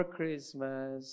Christmas